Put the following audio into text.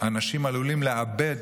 אנשים עלולים לאבד,